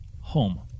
home